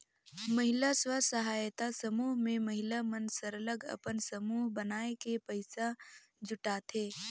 महिला स्व सहायता समूह में महिला मन सरलग अपन समूह बनाए के पइसा जुटाथें